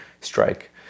strike